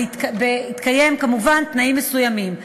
כמובן בהתקיים תנאים מסוימים.